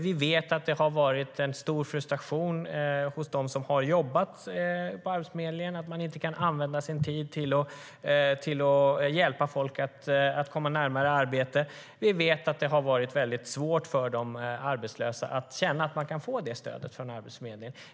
Vi vet att det har funnits en stor frustration hos dem som har jobbat på Arbetsförmedlingen, att de inte kan använda sin tid åt att hjälpa folk att komma närmare arbete. Vi vet att det har varit svårt för de arbetslösa att känna att de kan få stödet framöver.